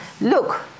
look